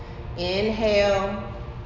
Inhale